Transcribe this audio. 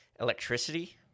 electricity